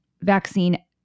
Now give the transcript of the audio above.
vaccine